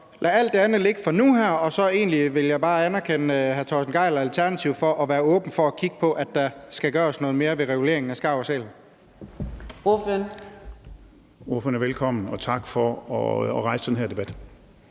lade alt det andet ligge for nu, og så vil jeg egentlig bare anerkende hr. Torsten Gejl og Alternativet for at være åbne for at kigge på, at der skal gøres noget mere ved reguleringen af skarv og sæl.